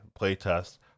playtest